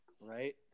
Right